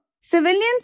civilians